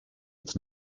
its